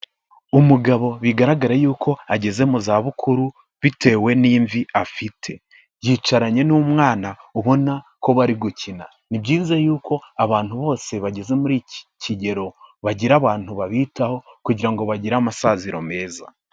Umugabo bigaragara y'uko ageze mu zabukuru, bitewe n'imvi afite. Yicaranye n'umwana ubona ko bari gukina. Ni byiza yuko abantu bose bageze muri iki kigero bagira abantu babitaho kugira ngo bagire amasaziro meza.